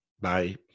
Bye